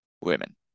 women